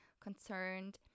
concerned